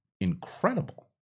incredible